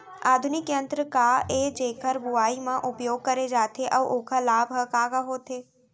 आधुनिक यंत्र का ए जेकर बुवाई म उपयोग करे जाथे अऊ ओखर लाभ ह का का होथे?